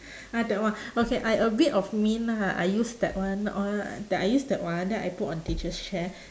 ah that one okay I a bit of mean lah I use that one al~ the I use that one then I put on teacher's chair